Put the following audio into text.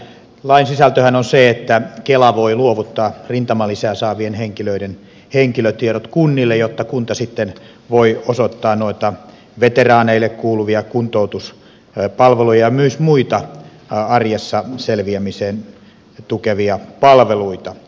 lain sisältöhän on se että kela voi luovuttaa rintamalisää saavien henkilöiden henkilötiedot kunnille jotta kunta sitten voi osoittaa veteraaneille noita heille kuuluvia kuntoutuspalveluita ja myös muita arjessa selviämistä tukevia palveluita